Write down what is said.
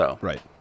Right